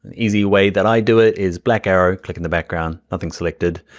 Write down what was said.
easy way that i do it is black arrow, click in the background, nothing selected.